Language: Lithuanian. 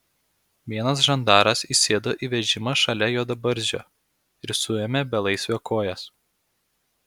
vienas žandaras įsėdo į vežimą šalia juodabarzdžio ir suėmė belaisvio kojas